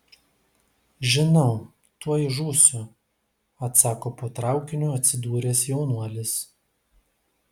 žinau tuoj žūsiu atsako po traukiniu atsidūręs jaunuolis